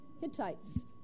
Hittites